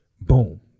boom